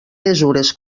mesures